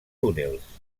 túnels